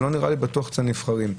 לא נראה לי שזה אצל הנבחרים,